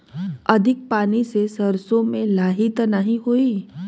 अधिक पानी से सरसो मे लाही त नाही होई?